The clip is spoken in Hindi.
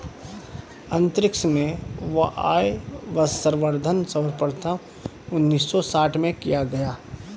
अंतरिक्ष में वायवसंवर्धन सर्वप्रथम उन्नीस सौ साठ में किया गया